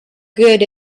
good